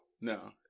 no